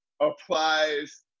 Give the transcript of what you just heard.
applies